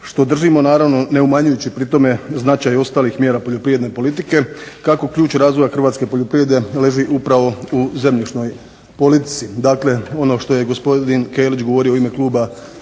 što držimo, naravno ne umanjujući pri tome značaj ostali mjera poljoprivredne politike, kako ključ razvoja hrvatske poljoprivrede leži upravo u zemljišnoj politici, dakle ono što je gospodin Kelić govorio u ime Kluba